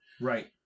right